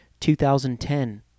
2010